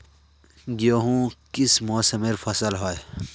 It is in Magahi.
गेहूँ किस मौसमेर फसल होय?